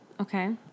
Okay